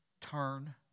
Turn